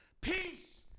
peace